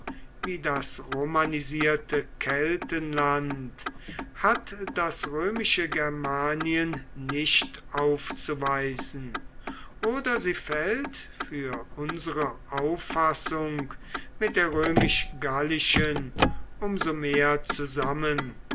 wie das romanisierte keltenland hat das römische germanien nicht aufzuweisen oder sie fällt für unsere auffassung mit der römisch gallischen um so mehr zusammen